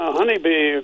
honeybee